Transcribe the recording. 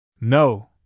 No